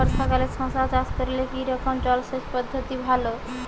বর্ষাকালে শশা চাষ করলে কি রকম জলসেচ পদ্ধতি ভালো?